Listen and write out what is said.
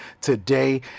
today